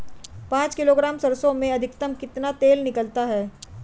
पाँच किलोग्राम सरसों में अधिकतम कितना तेल निकलता है?